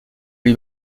lui